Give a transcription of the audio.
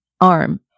arm